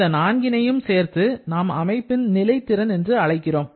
இந்த நான்கினையும் சேர்த்து நாம் அமைப்பின் நிலை திறன் என்று அழைக்கிறோம்